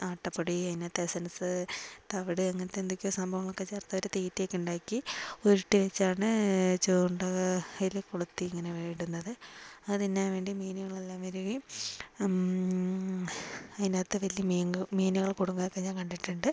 ആട്ടപ്പൊടി അങ്ങനെത്തെ എസ്സെൻസ് തവിട് അങ്ങനെത്തെ എന്തൊക്കെയോ സംഭവങ്ങളൊക്കെ ചേർത്ത് അവരു തീറ്റയൊക്കെ ഉണ്ടാക്കി ഉരുട്ടിവെച്ചാണ് ചൂണ്ടയിൽ കൊളുത്തി ഇങ്ങനെ ഇടുന്നത് അത് തിന്നാൻ വേണ്ടി മീനുകളെല്ലാം വരികയും അതിനകത്തു വലിയ മീൻ മീനുകൾ കുടുങ്ങുന്നത് ഞാൻ കണ്ടിട്ടുണ്ട്